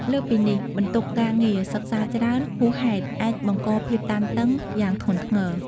លើសពីនេះ បន្ទុកការងារសិក្សាច្រើនហួសហេតុអាចបង្កភាពតានតឹងយ៉ាងធ្ងន់ធ្ងរ។